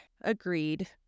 agreed